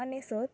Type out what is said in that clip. ଅନେଶତ